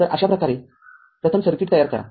तर अशा प्रकारे प्रथम सर्किट तयार करा